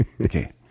Okay